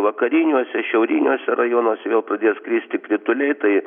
vakariniuose šiauriniuose rajonuose vėl pradės kristi krituliai tai